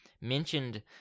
mentioned